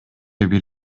бир